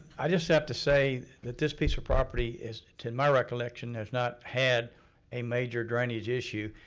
i just have to say that this piece of property is, to my recollection, has not had a major drainage issue,